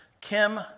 Kim